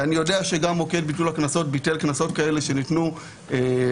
ואני יודע שגם מוקד ביטול הקנסות ביטל קנסות כאלה שניתנו בטעות.